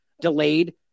Delayed